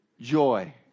joy